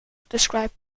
described